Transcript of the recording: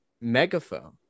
megaphone